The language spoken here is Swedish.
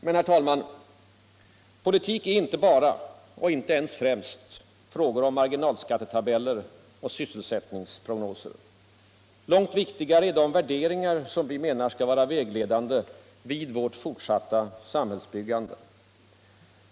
Men, herr talman, politik är inte bara — och inte ens främst — frågor om marginalskattetabeller och sysselsättningsprognoser. Långt viktigare är de värderingar vi menar skall vara vägledande vid vårt fortsatta samhällsbyggande.